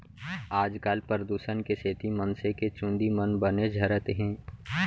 आजकाल परदूसन के सेती मनसे के चूंदी मन बने झरत हें